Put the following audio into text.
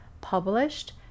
published